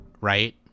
right